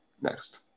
next